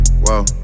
Whoa